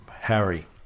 Harry